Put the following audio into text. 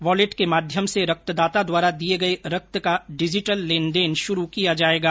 wallet के माध्यम से रक्तदाता द्वारा दिए गए रक्त का डिजिटल लेनदेन शुरू किया जाएगा